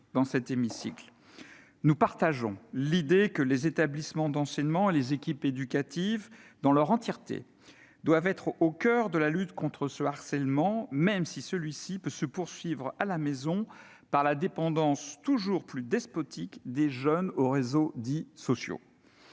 dans cet hémicycle. Nous partageons l'idée que les établissements d'enseignement et les équipes éducatives, dans leur intégralité, doivent être au coeur de la lutte contre ce harcèlement, même si ce dernier peut se poursuivre à la maison à cause de la domination toujours plus despotique des réseaux dits « sociaux